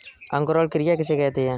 अंकुरण क्रिया किसे कहते हैं?